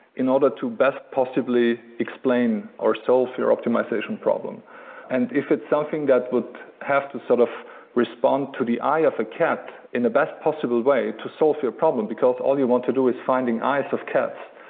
in order to best possibly explain or solve your optimization problem and if it's something that would have to sort of respond to the eye of a cat, in the best possible way to solve your problem, because all you want to do is finding eyes of cats,